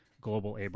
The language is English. global